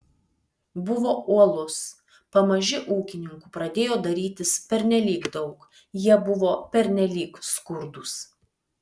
buvo uolus pamaži ūkininkų pradėjo darytis pernelyg daug jie buvo pernelyg skurdūs